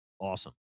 awesome